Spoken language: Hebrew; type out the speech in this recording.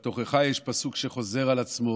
בתוכחה יש פסוק שחוזר על עצמו